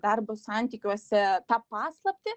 darbo santykiuose tą paslaptį